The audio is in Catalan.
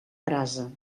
brasa